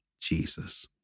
Jesus